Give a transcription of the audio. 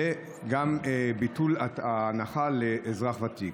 וגם ביטול ההנחה לאזרח ותיק.